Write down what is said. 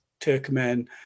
Turkmen